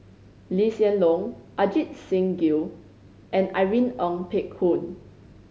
Lee Hsien Loong Ajit Singh Gill and Irene Ng Phek Hoong